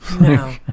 No